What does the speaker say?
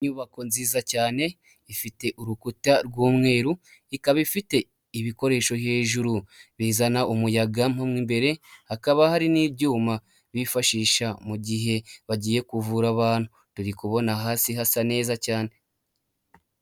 Inyubako nziza cyane ifite urukuta rw'umweru, ikaba ifite ibikoresho hejuru bizana umuyaga mo imbere, hakaba hari n'ibyuma bifashisha mu gihe bagiye kuvura abantu. Turi kubona hasi hasa neza cyane.